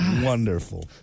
Wonderful